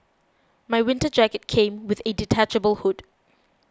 my winter jacket came with a detachable hood